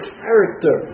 character